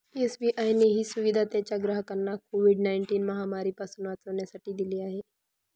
SBI ने ही सुविधा त्याच्या ग्राहकांना कोविड नाईनटिन महामारी पासून वाचण्यासाठी दिली आहे